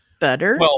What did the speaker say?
better